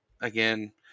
again